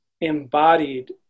embodied